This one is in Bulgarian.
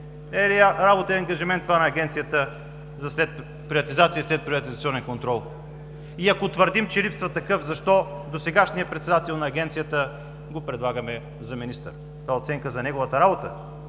Е ли е работа и ангажимент това на Агенцията за приватизация и следприватизационен контрол? И ако твърдим, че липсва такъв, защо досегашният председател на Агенцията го предлагаме за министър? Това оценка за неговата работа